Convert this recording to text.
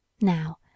Now